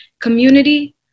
community